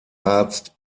arzt